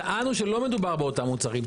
טענו שלא מדובר באותם מוצרים.